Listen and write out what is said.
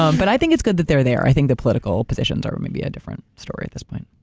um but i think it's good that they're there. i think that political positions are maybe a different story at this point.